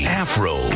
afro